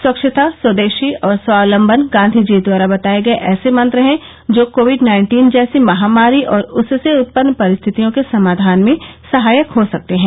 स्वच्छता स्वदेशी और स्वावलंबन गांधी जी द्वारा बताये गये ऐसे मंत्र हैं जो कोविड नाइन्टीन जैसी महामारी और उससे उत्पन्न परिस्थितियों के समाघान में सहायक हो सकते हैं